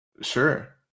sure